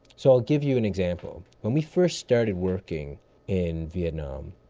so i'll give you an example. when we first started working in vietnam,